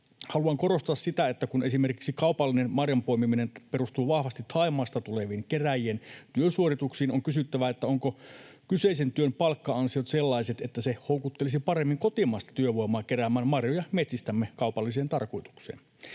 Haluan korostaa sitä, että kun esimerkiksi kaupallinen marjan poimiminen perustuu vahvasti Thaimaasta tulevien kerääjien työsuorituksiin, on kysyttävä, ovatko kyseisen työn palkka-ansiot sellaiset, että ne houkuttelisivat paremmin kotimaista työvoimaa keräämään marjoja metsistämme kaupalliseen tarkoitukseen.